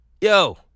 yo